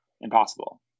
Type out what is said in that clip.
impossible